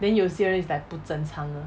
then 有些人 is like 不正常